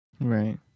Right